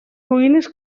ruïnes